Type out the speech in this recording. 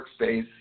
workspace